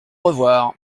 revoir